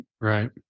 Right